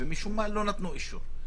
ומשום מה לא נתנו אישור.